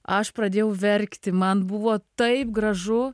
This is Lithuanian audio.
aš pradėjau verkti man buvo taip gražu